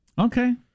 Okay